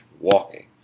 walking